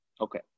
Okay